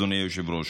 אדוני היושב-ראש.